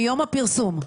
מיום הפרסום.